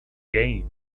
game